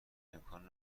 امکان